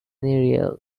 riel